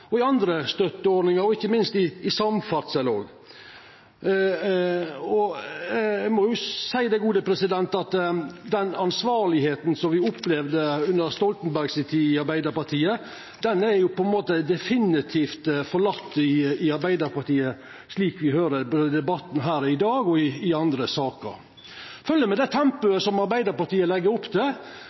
i andre støtteordningar og ikkje minst innanfor samferdsel. Eg må seia at den ansvarskjensla me opplevde under Stoltenberg si tid i Arbeidarpartiet, den er på ein måte definitivt forlaten i Arbeidarpartiet slik me høyrer dei i debatten her i dag og i andre saker. Med det tempoet Arbeidarpartiet legg opp til